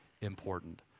important